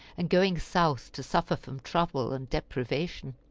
and going south to suffer from trouble and deprivation.